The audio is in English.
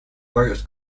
various